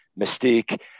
mystique